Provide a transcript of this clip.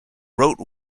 wrote